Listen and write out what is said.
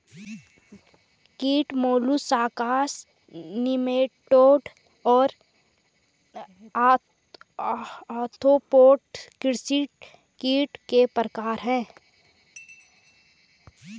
कीट molluscs nematode और arthropoda कृषि कीट के प्रकार हैं